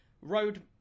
road